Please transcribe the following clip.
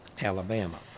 Alabama